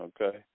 okay